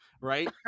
right